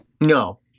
No